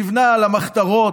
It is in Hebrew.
נבנה על המחתרות,